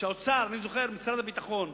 אני זוכר את משרד הביטחון.